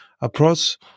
approach